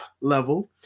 level